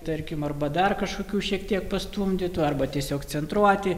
tarkim arba dar kažkokių šiek tiek pastumdytų arba tiesiog centruoti